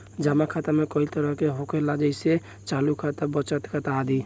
जमा खाता कई तरह के होला जेइसे चालु खाता, बचत खाता आदि